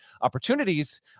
opportunities